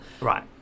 Right